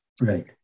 Right